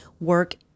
work